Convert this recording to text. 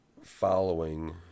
following